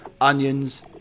onions